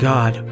God